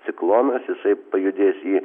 ciklonas jisai pajudės į